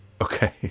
Okay